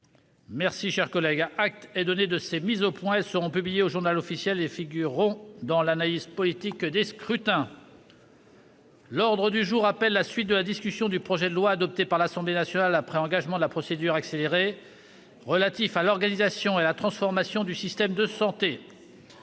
voter pour. Acte est donné de ces mises au point. Elles seront publiées au et figureront dans l'analyse politique des scrutins. L'ordre du jour appelle la suite de la discussion du projet de loi, adopté par l'Assemblée nationale après engagement de la procédure accélérée, relatif à l'organisation et à la transformation du système de santé